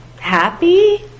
happy